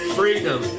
freedom